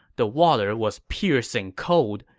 the water was piercing cold,